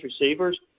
receivers